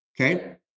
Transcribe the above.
Okay